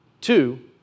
Two